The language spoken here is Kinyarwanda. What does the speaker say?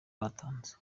batanze